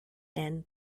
and